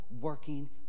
working